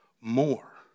more